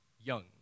young